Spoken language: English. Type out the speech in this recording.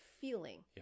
feeling